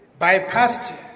bypassed